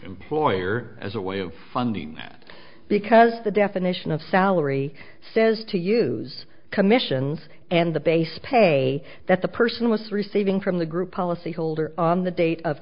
employer as a way of funding that because the definition of salary says to use commissions and the base pay that the person was receiving from the group policy holder on the date of